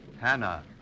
Hannah